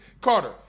Carter